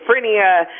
schizophrenia